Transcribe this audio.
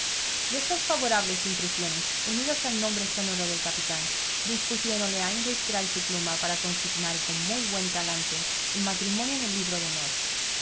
estas favorables impresiones unidas al nombre sonoro del capitán dispusiéronle a enristrar su pluma pava consignar con muy buen talante el matrimonio en el libro de honor